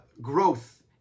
growth